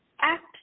Act